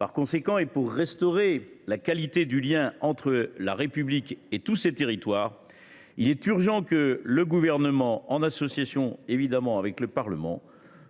Afin de restaurer la qualité du lien entre la République et tous ces territoires, il est urgent que le Gouvernement, en association avec le Parlement,